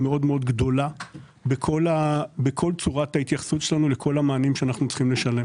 גדולה מאוד בכל צורת ההתייחסות שלנו לכל המענים שאנחנו צריכים לשלם.